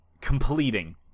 completing